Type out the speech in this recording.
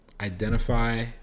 identify